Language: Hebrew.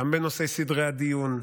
גם בנושאי סדרי הדיון,